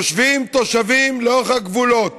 יושבים תושבים לאורך הגבולות